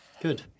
good